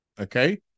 Okay